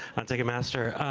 on ticketmaster,